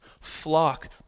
flock